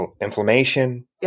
inflammation